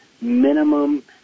minimum